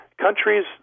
countries